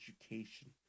education